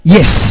Yes